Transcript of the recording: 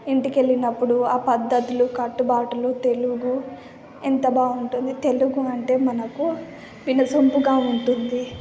ఇంటికి వెళ్ళినప్పుడు ఆ పద్ధతులు కట్టుబాటులు తెలుగు ఎంత బాగుంటుంది తెలుగు అంటే మనకు వినసొంపుగా ఉంటుంది